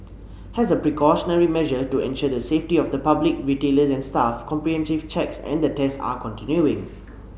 as a precautionary measure to ensure the safety of the public retailers and staff comprehensive checks and the tests are continuing